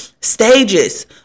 stages